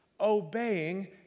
obeying